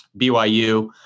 BYU